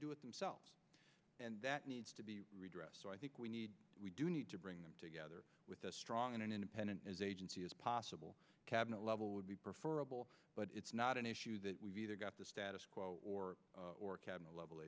do it themselves and that needs to be redressed so i think we need we do need to bring them together with a strong and independent as agency as possible cabinet level would be performable but it's not an issue that we've either got the status quo or or a cabinet level